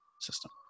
system